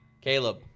Caleb